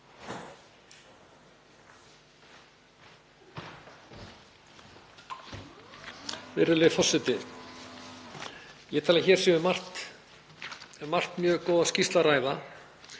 Virðulegi forseti. Ég tel að hér sé um margt mjög góða skýrslu að ræða.